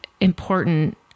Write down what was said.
important